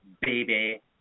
baby